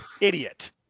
Idiot